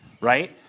right